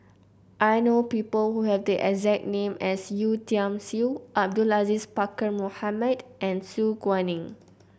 I know people who have the exact name as Yeo Tiam Siew Abdul Aziz Pakkeer Mohamed and Su Guaning